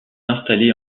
installée